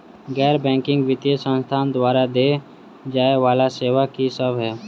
गैर बैंकिंग वित्तीय संस्थान द्वारा देय जाए वला सेवा की सब है?